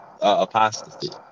apostasy